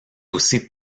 aussi